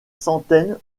centaines